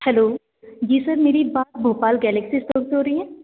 hello जी sir मेरी बात भोपाल गैलेक्सी इस्टोर पर हो रही है